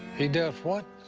he does what?